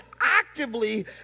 actively